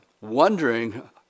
wondering